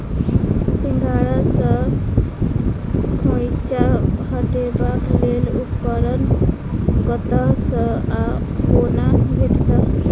सिंघाड़ा सऽ खोइंचा हटेबाक लेल उपकरण कतह सऽ आ कोना भेटत?